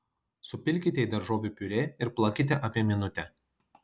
supilkite į daržovių piurė ir plakite apie minutę